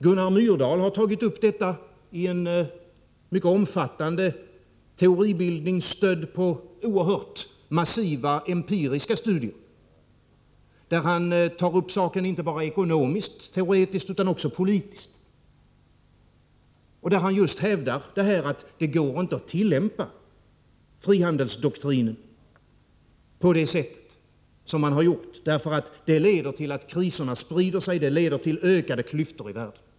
Gunnar Myrdal har tagit upp detta i en mycket omfattande teoribildning, stödd på oerhört massiva empiriska studier. Där tar han upp saken inte bara ekonomiskt-teoretiskt utan också politiskt. Han hävdar just att det inte går att tillämpa frihandelsdoktrinen på det sätt som vi har gjort därför att det leder till att kriserna sprider sig och leder till ökade klyftor i världen.